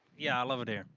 yeah, i love it here.